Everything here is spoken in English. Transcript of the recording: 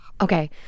okay